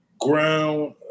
ground